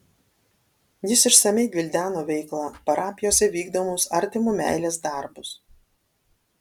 jis išsamiai gvildeno veiklą parapijose vykdomus artimo meilės darbus